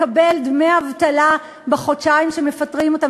לקבל דמי אבטלה בחודשיים שמפטרים אותן.